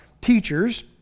teachers